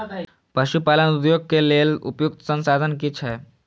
पशु पालन उद्योग के लेल उपयुक्त संसाधन की छै?